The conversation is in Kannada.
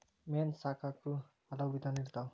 ಮೇನಾ ಸಾಕಾಕು ಹಲವು ವಿಧಾನಾ ಇರ್ತಾವ